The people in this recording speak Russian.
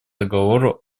договору